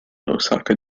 osaka